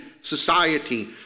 society